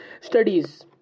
studies